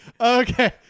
Okay